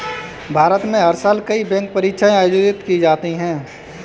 भारत में हर साल कई बैंक परीक्षाएं आयोजित की जाती हैं